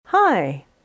Hi